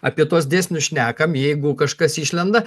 apie tuos dėsnius šnekam jeigu kažkas išlenda